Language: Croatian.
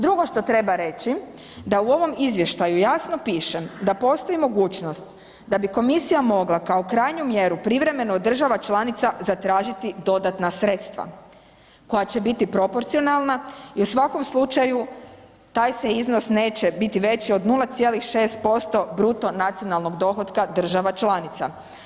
Drugo što treba reći, da u ovom izvještaju jasno piše da postoji mogućnost da bi komisija mogla kao krajnju mjeru privremeno od država članica zatražiti dodatna sredstva koja će biti proporcionalna i u svakom slučaju taj se iznos neće, biti veći od 0,6% BDP-a država članica.